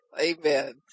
Amen